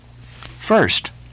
First